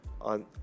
on